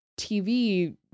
TV